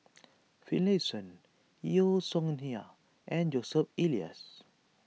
Finlayson Yeo Song Nian and Joseph Elias